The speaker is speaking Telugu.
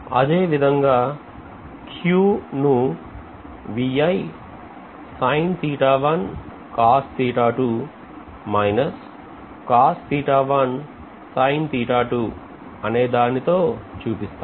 అదేవిధంగా Q ను అనేదానితో చూపిస్తాం